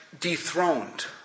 dethroned